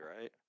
right